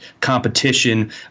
competition